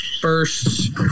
first